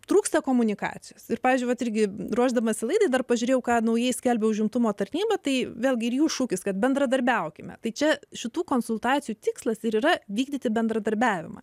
trūksta komunikacijos ir pavyzdžiui vat irgi ruošdamasi laidai dar pažiūrėjau ką naujai skelbia užimtumo tarnyba tai vėlgi ir jų šūkis kad bendradarbiaukime tai čia šitų konsultacijų tikslas ir yra vykdyti bendradarbiavimą